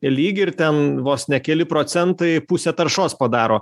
lyg ir ten vos ne keli procentai pusė taršos padaro